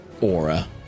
aura